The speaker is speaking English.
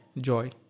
joy